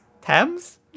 Thames